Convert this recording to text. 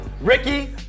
Ricky